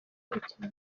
gukina